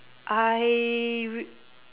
I